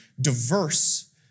diverse